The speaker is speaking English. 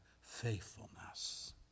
faithfulness